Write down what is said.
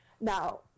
now